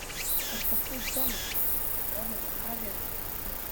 ir patsai džonatanas atrodė ne ką geriau